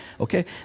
Okay